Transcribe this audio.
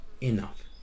enough